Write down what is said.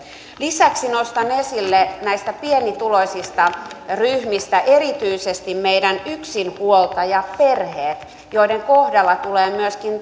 lisäksi nostan esille näistä pienituloisista ryhmistä erityisesti meidän yksinhuoltajaperheemme joiden kohdalla tulee myöskin